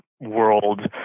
world